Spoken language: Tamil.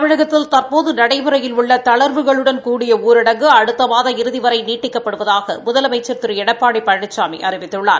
தமிழகத்தில் தற்போது நடைமுறையில் உள்ள தளா்வுகளுடன் கூடிய ஊரடங்கு அடுத்த மாதம் இறுதி வரை நீட்டிக்கப்படுவதாக முதலமைச்சள் திரு எடப்பாடி பழனிசாமி அறிவித்துள்ளார்